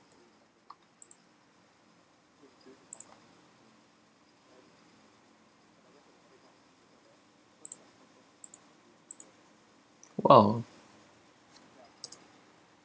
!wow!